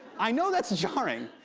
i know that's jarring.